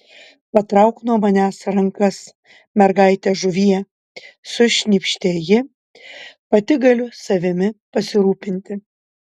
patrauk nuo manęs rankas mergaite žuvie sušnypštė ji pati galiu savimi pasirūpinti